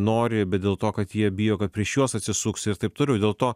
nori bet dėl to kad jie bijo kad prieš juos atsisuks ir taip toliau dėl to